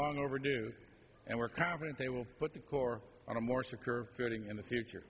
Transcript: long overdue and we're confident they will put the corps on a more secure feeling in the future